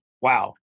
Wow